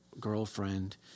girlfriend –